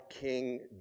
King